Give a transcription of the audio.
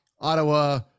Ottawa